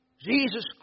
Jesus